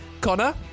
Connor